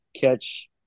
catch